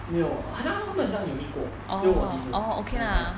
没有好像他们好像有 meet 过这是我第一次 very fun